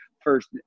first